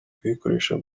kuyikoresha